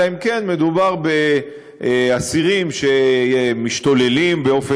אלא אם כן מדובר באסירים שמשתוללים באופן